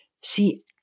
see